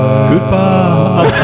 Goodbye